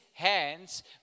Hands